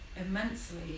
immensely